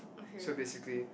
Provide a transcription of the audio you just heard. so basically